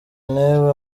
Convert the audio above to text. ntewe